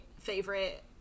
favorite